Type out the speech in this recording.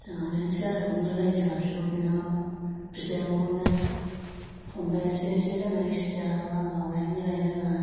जोंहा बेनोसै आरो अनलायलायो जोंहा बिब' बिनानाव बिदायाबो अनो फंबायासो जोंना इसे एकसिथिया बारा माबाया मिलायनो रोङा